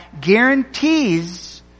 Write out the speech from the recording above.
guarantees